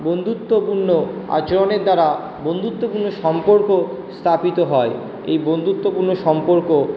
বন্ধুত্বপূর্ণ আচরণের দ্বারা বন্ধুত্বপূর্ণ সম্পর্ক স্থাপিত হয় এই বন্ধুত্বপূর্ণ সম্পর্ক